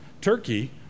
Turkey